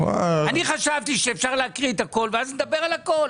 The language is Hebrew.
אני חשבתי שאפשר להקריא את הכול ואז נדבר על הכול,